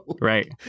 Right